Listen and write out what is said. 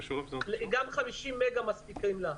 גם 50 מגה מספיקים לו.